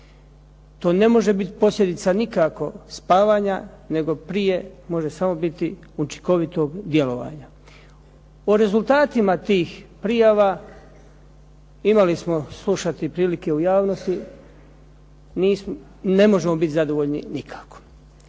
To ne može biti posljedica nikako spavanja, nego prije može samo biti učinkovitog djelovanja. O rezultatima tih prijava imali smo slušati prilike u javnosti, ne možemo biti zadovoljni nikako.